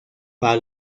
para